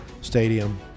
stadium